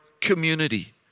community